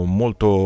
molto